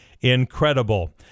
incredible